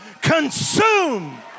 consume